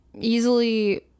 easily